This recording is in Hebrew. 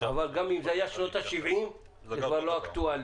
אם זה היה שנות ה-70', זה כבר לא אקטואלי.